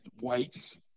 whites